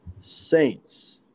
Saints